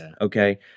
Okay